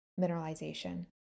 mineralization